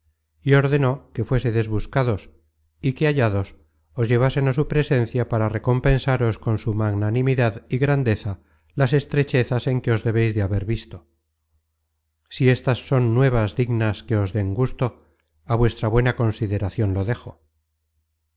y ordenó que fuésedes buscados y que hallados os llevasen á su presencia para recompensaros con su magnanimidad y grandeza las estrechezas en que os debeis de haber visto si éstas son nuevas dignas de que os den gusto á vuestra buena consideracion lo dejo